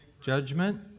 judgment